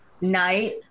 night